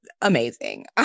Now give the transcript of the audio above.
amazing